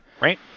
right